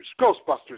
Ghostbusters